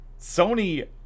Sony